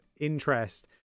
interest